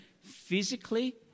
physically